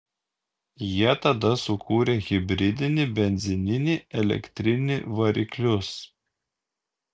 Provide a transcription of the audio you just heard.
jie tada sukūrė hibridinį benzininį elektrinį variklius